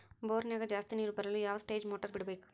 ಬೋರಿನ್ಯಾಗ ಜಾಸ್ತಿ ನೇರು ಬರಲು ಯಾವ ಸ್ಟೇಜ್ ಮೋಟಾರ್ ಬಿಡಬೇಕು?